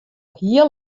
hiel